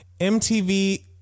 MTV